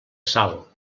sal